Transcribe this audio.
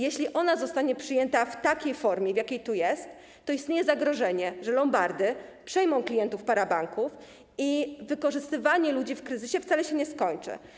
Jeśli ona zostanie przyjęta w takiej formie, w jakiej jest, to istnieje zagrożenie, że lombardy przejmą klientów parabanków i wykorzystywanie ludzi w kryzysie wcale się nie skończy.